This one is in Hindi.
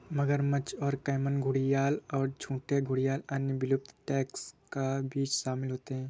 मगरमच्छ और कैमन घड़ियाल और झूठे घड़ियाल अन्य विलुप्त टैक्सा के बीच शामिल होते हैं